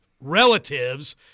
relatives